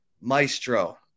maestro